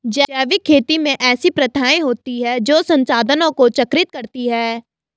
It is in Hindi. जैविक खेती में ऐसी प्रथाएँ होती हैं जो संसाधनों को चक्रित करती हैं